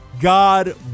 God